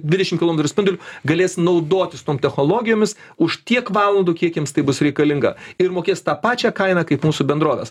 dvidešimt kilometrų spinduliu galės naudotis tom technologijomis už tiek valandų kiek jiems tai bus reikalinga ir mokės tą pačią kainą kaip mūsų bendrovės